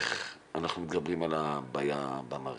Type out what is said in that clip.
איך אנחנו מתגברים על הבעיה במערכת?